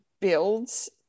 builds